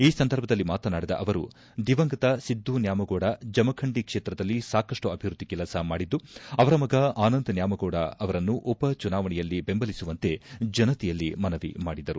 ಈ ಸಂದರ್ಭದಲ್ಲಿ ಮಾತನಾಡಿದ ಅವರು ದಿವಂಗತ ಸಿದ್ದು ನ್ಯಾಮಗೌಡ ಜಮಖಂಡಿ ಕ್ಷೇತ್ರದಲ್ಲಿ ಸಾಕಷ್ಟು ಅಭಿವ್ಯದ್ದಿ ಕೆಲಸ ಮಾಡಿದ್ದು ಅವರ ಮಗ ಆನಂದ್ ನ್ಯಾಮಗೌಡ ಅವರನ್ನು ಉಪ ಚುನಾವಣೆಯಲ್ಲಿ ಬೆಂಬಲಿಸುವಂತೆ ಜನತೆಯಲ್ಲಿ ಮನವಿ ಮಾಡಿದರು